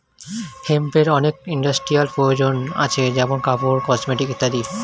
হেম্পের অনেক ইন্ডাস্ট্রিয়াল প্রয়োজন আছে যেমন কাপড়, কসমেটিকস ইত্যাদি